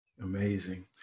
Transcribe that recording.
Amazing